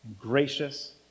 gracious